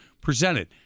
presented